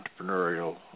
entrepreneurial